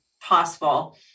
possible